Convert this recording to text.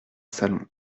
salon